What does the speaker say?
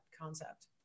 concept